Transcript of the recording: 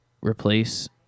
replace